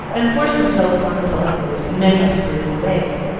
and forced themselves upon the public notice in many disagreeable ways.